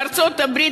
בארצות-הברית,